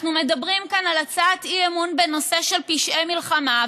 אנחנו מדברים כאן על הצעת אי-אמון בנושא של פשעי מלחמה,